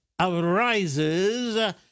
arises